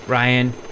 Ryan